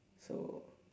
so